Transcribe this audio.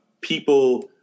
people